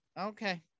Okay